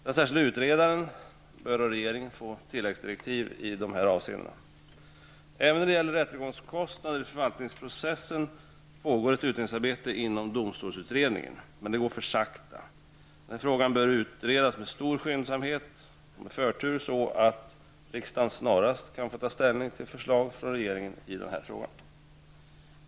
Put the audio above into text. Den särskilda utredaren bör av regeringen få tilläggsdirektiv i dessa avseenden. Även när det gäller rättegångskostnader i förvaltningsprocessen pågår ett utredningsarbete inom domstolsutredningen. Men det går för sakta. Frågan bör utredas med stor skyndsamhet och med förtur så att riksdagen snarast kan få ta ställning till förslag från regeringen i den här frågan.